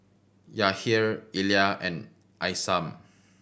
Yahir Elia and Isam